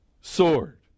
sword